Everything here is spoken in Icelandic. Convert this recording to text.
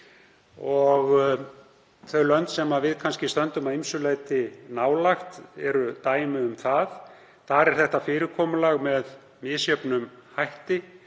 Þau lönd sem við stöndum að ýmsu leyti nálægt eru dæmi um það. Þar er þetta fyrirkomulag með misjöfnum hætti.